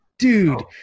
Dude